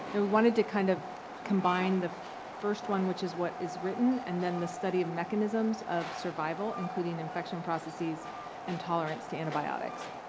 we wanted to kind of combine the first one which is what is written and then the study of mechanisms of survival, including infection processes and tolerance to antibiotics.